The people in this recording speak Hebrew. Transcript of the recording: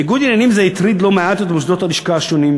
"ניגוד עניינים זה הטריד לא מעט את מוסדות הלשכה השונים,